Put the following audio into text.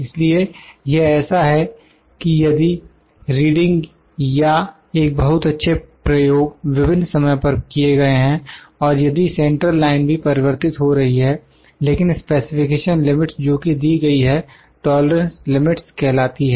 इसलिए यह ऐसा हैं कि यदि रीडिंग या एक बहुत अच्छे प्रयोग विभिन्न समय पर किए गए हैं और यदि सेंट्रल लाइन भी परिवर्तित हो रही है लेकिन स्पेसिफिकेशन लिमिट्स जोकि दी गई है टॉलरेंस लिमिट्स कहलाती हैं